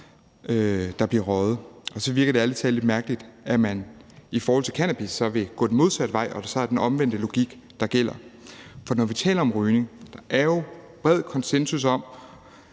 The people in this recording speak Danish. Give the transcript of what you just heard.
der bliver røget. Og så virker det ærlig talt lidt mærkeligt, at man i forhold til cannabis så vil gå den modsatte vej, hvor det så er den omvendte logik, der gælder. For når vi taler om rygning, er der jo bred konsensus om,